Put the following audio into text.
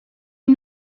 you